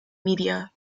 media